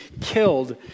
killed